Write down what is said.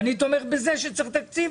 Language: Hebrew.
ואני תומך בזה שצריך תקציב,